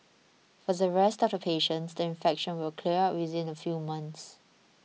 for the rest of the patients the infection will clear up within a few months